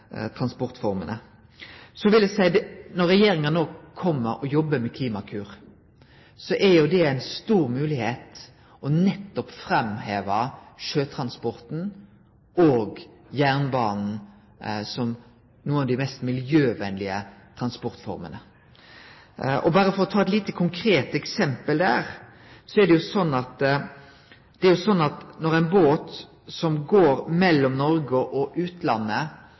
transportformene. Når regjeringa no jobbar med Klimakur, er det ei stor moglegheit til nettopp å framheve sjøtransporten og jernbanen som nokre av dei mest miljøvenlege transportformene. Berre for å ta eit lite, konkret eksempel: Når ein båt går mellom Noreg og utlandet,